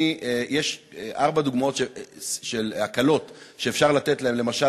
יש ארבע דוגמאות של הקלות שאפשר לתת להם: למשל,